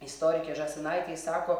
istorikė žąsinaitė sako